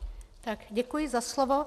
Děkuji za slovo.